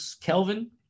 Kelvin